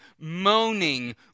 moaning